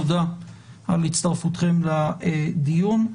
תודה על הצטרפותכם לדיון.